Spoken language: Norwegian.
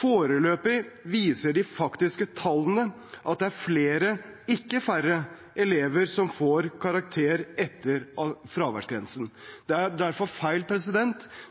Foreløpig viser de faktiske tallene at det er flere, ikke færre, elever som får karakter etter innføringen av fraværsgrensen. Det er derfor feil